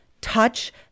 touch